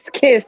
kiss